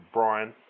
Brian